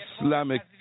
Islamic